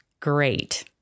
Great